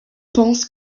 pense